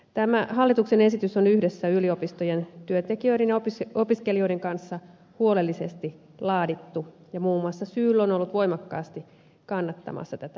tämä hallituksen esitys on yhdessä yliopistojen työntekijöiden ja opiskelijoiden kanssa huolellisesti laadittu ja muun muassa syl on ollut voimakkaasti kannattamassa tätä esitystä